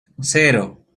cero